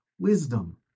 wisdom